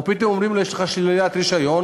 או פתאום אומרים לו: יש לך שלילת רישיון.